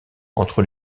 entre